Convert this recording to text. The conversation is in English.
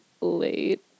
Late